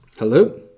Hello